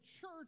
church